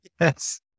Yes